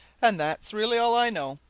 and that's really all i know.